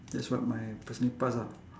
that's what my personally ah